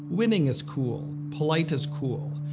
winning is cool. polite is cool.